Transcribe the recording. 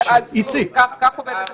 היא לא כזאת נוראית,